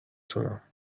تونم